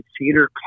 theater